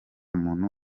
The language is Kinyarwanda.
muntu